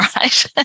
right